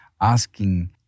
asking